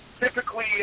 typically